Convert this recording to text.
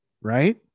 Right